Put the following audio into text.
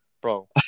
Bro